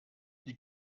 die